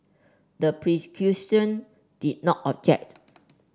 the did not object